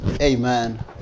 amen